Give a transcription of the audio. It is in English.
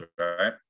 Right